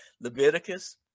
Leviticus